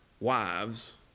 wives